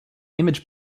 image